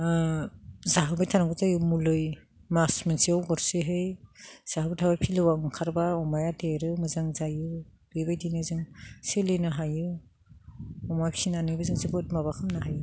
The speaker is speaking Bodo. जाहोबाय थानांगौ जायो मुलै मास मोनसेयाव गरसेहै जाहोबाय थाबा फिलौआ ओंखारबा अमाया देरो मोजां जायो बेबायदिनो जों सोलिनो हायो अमा फिसिनानैबो जों जोबोद माबा खालामनो हायो